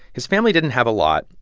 his family didn't have a lot.